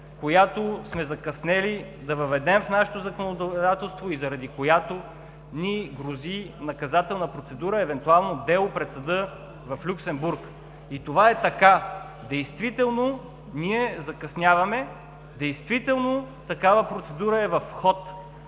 която сме закъснели да въведем в нашето законодателство и заради която ни грози наказателна процедура, евентуално дело пред съда в Люксембург. Това е така – действително закъсняваме, действително такава процедура е в ход,